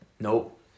Nope